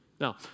Now